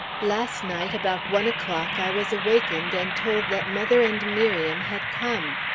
last night about one o'clock i was wakened and told that mother and miriam had come.